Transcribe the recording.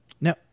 No